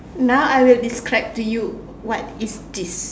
now I will describe to you what is this